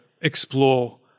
explore